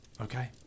okay